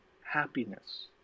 Happiness